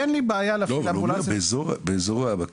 לא אבל הוא אומר, באזור העמקים.